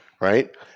right